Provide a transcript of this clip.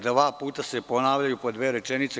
Dva puta se ponavljaju po dve rečenice.